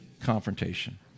confrontation